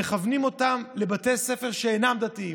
מכוונים אותם לבתי ספר שאינם דתיים.